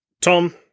Tom